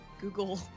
Google